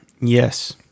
Yes